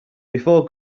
before